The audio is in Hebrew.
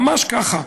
ממש ככה.